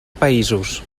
països